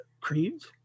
creeds